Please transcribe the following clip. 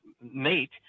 mate